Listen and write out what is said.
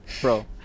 bro